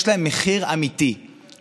יש להן מחיר אמיתי,